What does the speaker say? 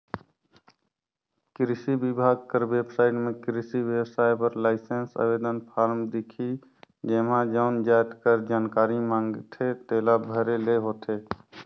किरसी बिभाग कर बेबसाइट में किरसी बेवसाय बर लाइसेंस आवेदन फारम दिखही जेम्हां जउन जाएत कर जानकारी मांगथे तेला भरे ले होथे